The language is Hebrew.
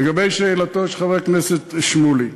לגבי שאלתו של חבר הכנסת שמולי,